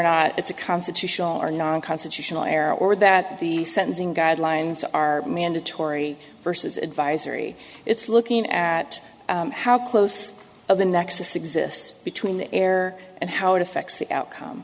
not it's a constitutional or non constitutional error or that the sentencing guidelines are mandatory versus advisory it's looking at how close of the nexus exists between the air and how it affects the outcome